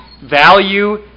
value